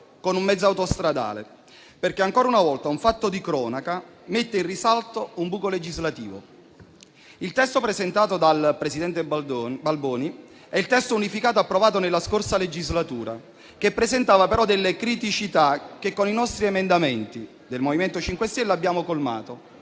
con un mezzo autostradale. Ancora una volta, un fatto di cronaca mette in risalto un buco legislativo. Quello presentato dal presidente Balboni è il testo unificato approvato nella scorsa legislatura, che presentava, però, alcune criticità, che, con i nostri emendamenti del MoVimento 5 Stelle, abbiamo colmato.